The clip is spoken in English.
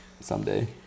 someday